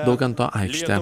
daukanto aikštę